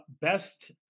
best